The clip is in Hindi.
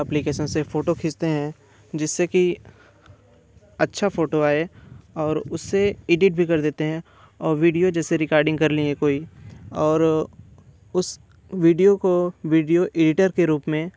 एप्लीकेशन से फ़ोटो खींचते हैं जिससे कि अच्छा फ़ोटो आए और उससे एडिट भी कर देते हैं और विडियो जैसे रिकार्डिंग कर लिए कोई और उस विडियो को विडियो एडिटर के रूप में